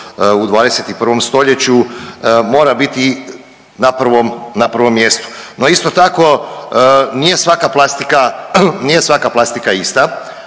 u 21. st. mora biti na prvom mjestu. No, isto tako nije svaka plastika,